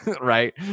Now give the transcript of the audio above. right